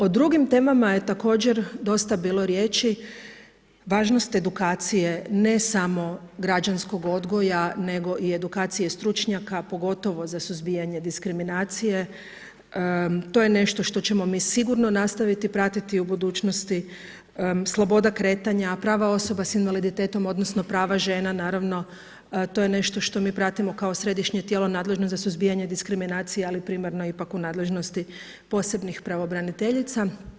O drugim temama je također dosta bilo riječi, važnost edukacije, ne samo građanskog odgoja nego i edukacije stručnjaka, pogotovo za suzbijanje diskriminacije, to je nešto što ćemo mi sigurno nastaviti pratiti u budućnosti, sloboda kretanja, prava osoba s invaliditetom, odnosno, prava žena naravno, to je nešto što mi pratimo kao središnje tijelo nadležno za suzbijanje diskriminacije, ali primarno ipak u nadležnosti posebnih pravobraniteljica.